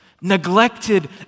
neglected